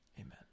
Amen